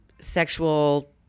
sexual